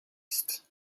ist